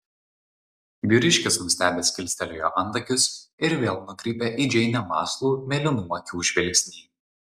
vyriškis nustebęs kilstelėjo antakius ir vėl nukreipė į džeinę mąslų mėlynų akių žvilgsnį